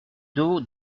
d’eau